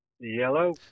yellow